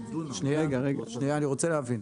אני רוצה להבין.